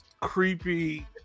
creepy